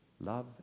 Love